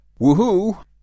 Woohoo